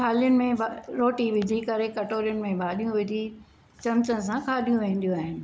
थालियुनि में रोटी विझी करे कटोरियुनि में भाॼियूं विझी चमचनि सां खादियूं वेंदियूं आहिनि